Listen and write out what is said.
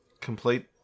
complete